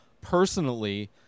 personally